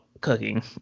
cooking